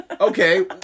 Okay